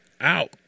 out